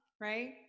right